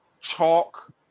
chalk